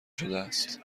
شدهاست